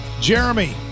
Jeremy